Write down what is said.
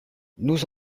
nous